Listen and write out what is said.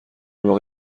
واقع